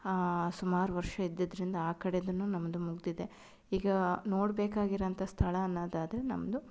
ಸುಮಾರು ವರ್ಷ ಇದ್ದಿದ್ದರಿಂದ ಆ ಕಡೆಯಿಂದನು ನಮ್ಮದು ಮುಗಿದಿದೆ ಈಗ ನೋಡ್ಬೇಕಾಗಿರೋಂಥ ಸ್ಥಳ ಅನ್ನೋದಾದರೆ ನಮ್ಮದು